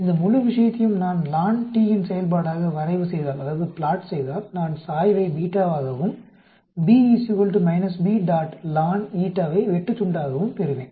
இந்த முழு விஷயத்தையும் நான் ln t இன் செயல்பாடாக வரைவு செய்தால் நான் சாய்வை β ஆகவும் ஐ வெட்டுத்துண்டாகவும் பெறுவேன்